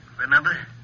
Remember